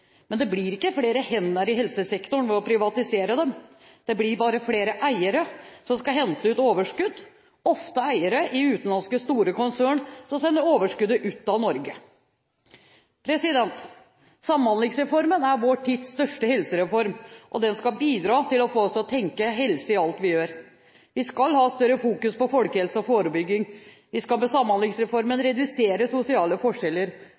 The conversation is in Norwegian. Men det blir ikke flere hender i helsesektoren ved å privatisere dem, det blir bare flere eiere som skal hente ut overskudd – ofte eiere i store utenlandske konsern, som sender overskuddet ut av Norge. Samhandlingsreformen er vår tids største helsereform, og den skal bidra til å få oss til å tenke helse i alt vi gjør. Vi skal ha større fokus på folkehelse og forebygging, vi skal med Samhandlingsreformen redusere sosiale forskjeller,